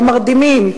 במרדימים,